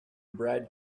brad